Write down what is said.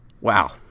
Wow